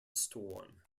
storm